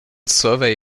survey